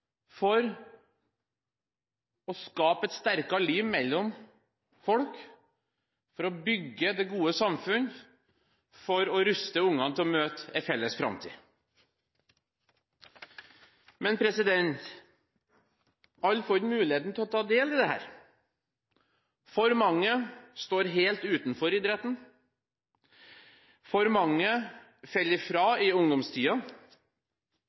for å skape et sterkere liv mellom folk, for å bygge det gode samfunn og ruste barna til å møte en felles framtid. Men alle får ikke muligheten til å ta del i dette. For mange står helt utenfor idretten. For mange faller fra i